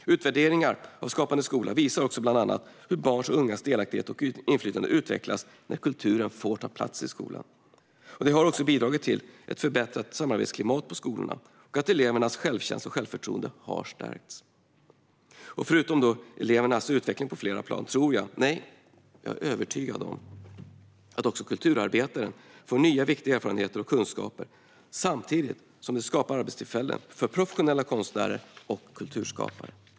Utvärderingar av Skapande skola visar också bland annat hur barns och ungas delaktighet och inflytande utvecklas när kulturen får ta plats i skolan. Det har också bidragit till förbättrat samarbetsklimat på skolorna och till att elevernas självkänsla och självförtroende har stärkts. Förutom elevernas utveckling på flera plan tror jag - nej, jag är övertygad om - att också kulturarbetaren får nya viktiga erfarenheter och kunskaper. Samtidigt skapar det arbetstillfällen för professionella konstnärer och kulturskapare.